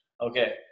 Okay